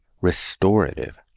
restorative